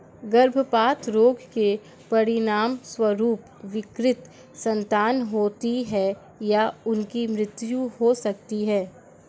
गर्भपात रोग के परिणामस्वरूप विकृत संतान होती है या उनकी मृत्यु हो सकती है